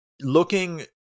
looking